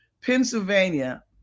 Pennsylvania